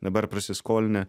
dabar prasiskolinę